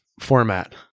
format